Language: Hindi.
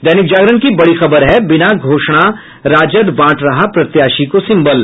दैनिक जागरण की बड़ी खबर है बिना घोषणा राजद बांट रहा प्रत्याशी को सिम्बल